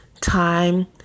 time